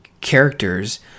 characters